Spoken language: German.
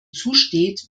zusteht